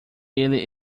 ele